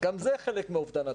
גם זה חלק מאובדן התקווה.